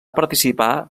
participar